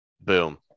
boom